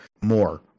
more